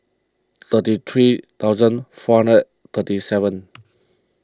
thirty three thousand four hundred thirty seven